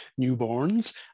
newborns